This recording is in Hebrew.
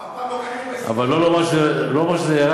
על מה אתה מדבר?